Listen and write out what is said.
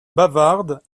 bavarde